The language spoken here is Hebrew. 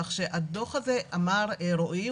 כך שהדוח הזה אמר רועי,